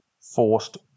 forced